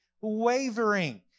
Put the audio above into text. wavering